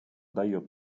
дает